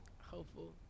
Hopeful